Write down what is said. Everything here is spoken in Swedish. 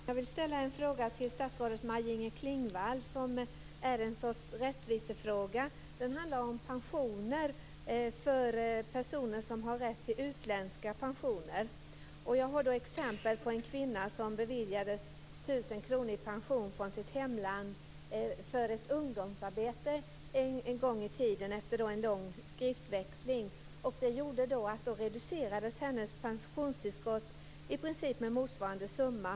Fru talman! Jag vill till statsrådet Maj-Inger Klingvall ställa en fråga som är en sorts rättvisefråga. Den handlar om pensioner för personer som har rätt till utländska pensioner. Jag har ett exempel på en kvinna som efter lång skriftväxling beviljades tusen kronor i pension från sitt hemland för ett ungdomsarbete en gång i tiden. Det gjorde att hennes pensionstillskott reduceras med i princip motsvarande summa.